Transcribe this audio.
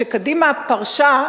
כשקדימה פרשה,